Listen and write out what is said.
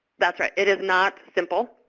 that's right. it is not simple.